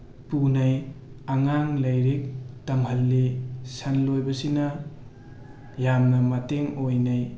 ꯄꯨꯅꯩ ꯑꯉꯥꯡ ꯂꯥꯏꯔꯤꯛ ꯇꯝꯍꯜꯂꯤ ꯁꯟ ꯂꯣꯏꯕꯁꯤꯅ ꯌꯥꯝꯅ ꯃꯇꯦꯡ ꯑꯣꯏꯅꯩ